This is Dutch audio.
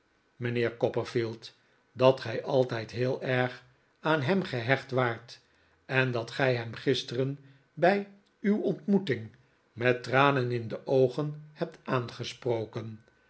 mijnheer copperfield dat gij altijd heel erg aan hem gehecht waart en dat gij hem gisteren bij uw ontmoeting met tranen in de oogen hebt aangesproken